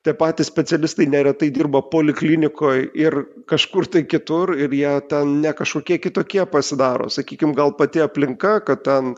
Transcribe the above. tie patys specialistai neretai dirba poliklinikoj ir kažkur kitur ir jie ne kažkokie kitokie pasidaro sakykim gal pati aplinka kad ten